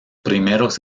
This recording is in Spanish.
primeros